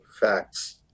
facts